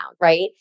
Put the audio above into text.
right